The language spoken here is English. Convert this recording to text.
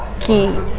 key